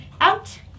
out